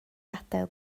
gadael